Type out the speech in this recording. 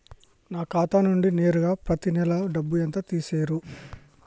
నా ఖాతా నుండి నేరుగా పత్తి నెల డబ్బు ఎంత తీసేశిర్రు?